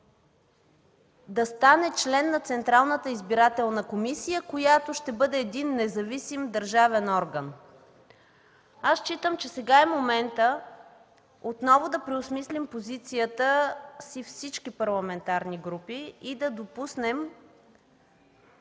да стане член на Централната избирателна комисия, която ще бъде един независим държавен орган? Считам, че сега е моментът отново да преосмислим позицията си – всички парламентарни групи, и да допуснем